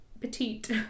petite